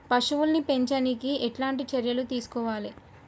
పశువుల్ని పెంచనీకి ఎట్లాంటి చర్యలు తీసుకోవాలే?